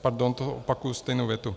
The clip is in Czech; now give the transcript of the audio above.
Pardon, to opakuji stejnou větu.